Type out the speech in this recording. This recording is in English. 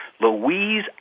Louise